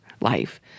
life